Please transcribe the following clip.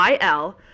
IL